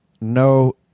No